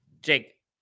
Jake